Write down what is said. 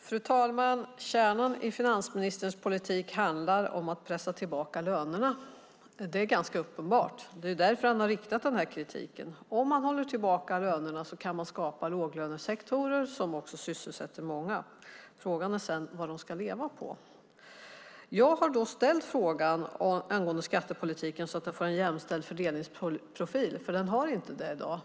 Fru talman! Kärnan i finansministerns politik handlar om att pressa tillbaka lönerna. Det är ganska uppenbart. Det är därför han har riktat den här kritiken. Om man håller tillbaka lönerna kan man skapa låglönesektorer som också sysselsätter många. Frågan är vad de ska leva på. Jag har ställt frågan angående en jämställd fördelningsprofil i skattepolitiken, för den har inte det i dag.